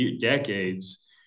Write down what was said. decades